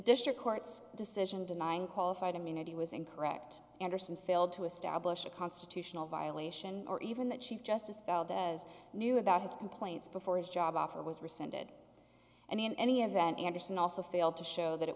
district court's decision denying qualified immunity was incorrect anderson failed to establish a constitutional violation or even the chief justice felt as knew about his complaints before his job offer was rescinded and in any event anderson also failed to show that it